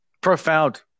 Profound